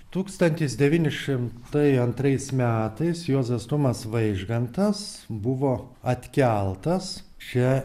tūkstantis devyni šimtai antrais metais juozas tumas vaižgantas buvo atkeltas čia